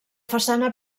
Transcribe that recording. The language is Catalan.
façana